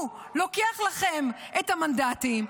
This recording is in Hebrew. הוא לוקח לכם את המנדטים,